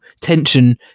tension